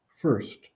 First